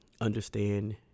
understand